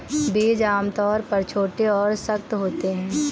बीज आमतौर पर छोटे और सख्त होते हैं